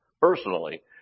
personally